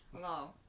hello